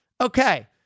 Okay